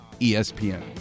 ESPN